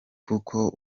kuko